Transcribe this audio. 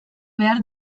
behar